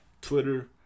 Twitter